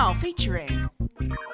featuring